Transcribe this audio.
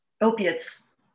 opiates